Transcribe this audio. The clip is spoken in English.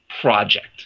project